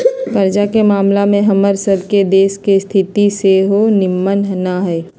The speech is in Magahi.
कर्जा के ममला में हमर सभ के देश के स्थिति सेहो निम्मन न हइ